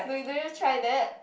no do you try that